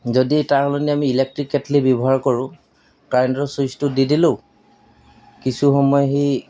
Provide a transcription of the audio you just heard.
যদি তাৰ সলনি আমি ইলেক্ট্ৰিক কেটলি ব্যৱহাৰ কৰোঁ কাৰেণ্টৰ ছুইচটো দি দিলোঁ কিছু সময় সি